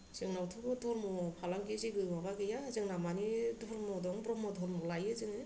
जोंनावथ' धर्म'वाव फालांगि जेबो माबा गैया जोंना माने धर्म दं ब्रह्म धर्म लायो जोङो